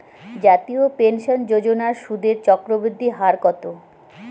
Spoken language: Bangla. জাতীয় পেনশন যোজনার সুদের চক্রবৃদ্ধি হার কত?